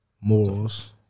Morals